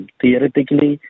theoretically